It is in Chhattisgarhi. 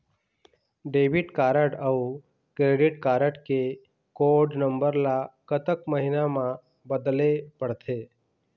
डेबिट कारड अऊ क्रेडिट कारड के कोड नंबर ला कतक महीना मा बदले पड़थे?